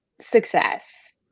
success